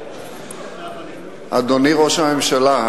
אדוני ראש הממשלה,